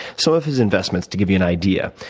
so of his investments, to give you an idea,